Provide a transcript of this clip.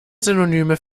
synonyme